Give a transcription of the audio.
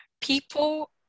people